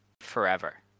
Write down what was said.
forever